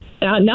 Now